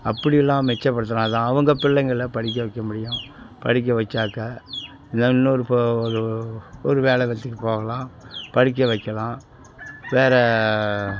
அப்படியெல்லாம் மிச்சப்படுத்தினா தான் அவங்க பிள்ளைங்களை படிக்க வைக்க முடியும் படிக்க வைச்சாக்கா இன்னும் இன்னொரு ஒரு ஒரு வேலை வித்துக்கு போகலாம் படிக்க வைக்கலாம் வேற